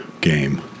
game